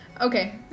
Okay